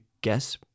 guess